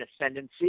ascendancy